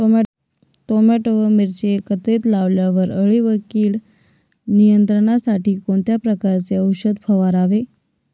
Tomato व मिरची एकत्रित लावल्यावर अळी व कीड नियंत्रणासाठी कोणत्या प्रकारचे औषध फवारावे?